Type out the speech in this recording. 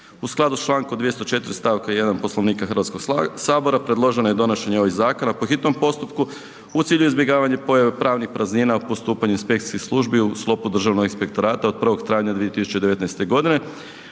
U skladu s člankom 204. stavka 1. Poslovnika Hrvatskog sabora predloženo je donošenje ovih zakona po hitnom postupku u cilju izbjegavanja pojave pravnih praznina u postupanju inspekcijskih službi u sklopu Državnog inspektorata od 1. travnja 2019. godine